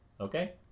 Okay